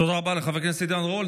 תודה רבה לחבר הכנסת עידן רול.